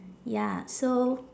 ya so